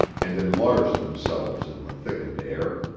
and enlarged themselves in the thickened air.